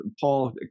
Paul